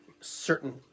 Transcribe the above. certain